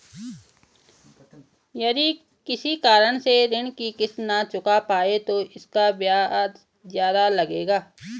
यदि किसी कारण से ऋण की किश्त न चुका पाये तो इसका ब्याज ज़्यादा लगेगा?